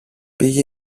πήγε